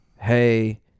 hey